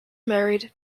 married